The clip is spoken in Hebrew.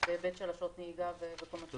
בהיבט של שעות נהיגה וכל מה שקשור.